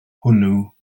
hwnnw